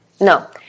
no